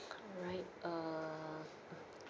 alright err